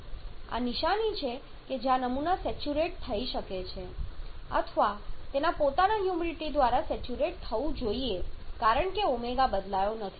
આ નિશાની છે જ્યાં નમૂના સેચ્યુરેટ થઈ શકે છે અથવા તેના પોતાના હ્યુમિડિટી દ્વારા સેચ્યુરેટ થવું જોઈએ કારણ કે ω બદલાયો નથી